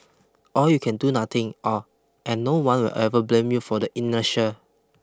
or you can do nothing or and no one will ever blame you for the inertia